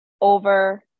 over